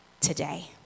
today